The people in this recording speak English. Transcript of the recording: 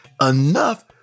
enough